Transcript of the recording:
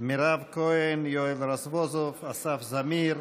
מירב כהן, יואל רזבוזוב, אסף זמיר,